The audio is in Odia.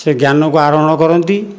ସେ ଜ୍ଞାନକୁ ଆରୋହଣ କରନ୍ତି